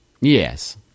Yes